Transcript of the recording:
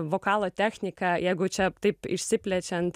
vokalo technika jeigu čia taip išsiplečiant